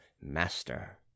master